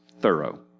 thorough